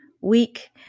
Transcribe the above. week